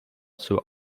zur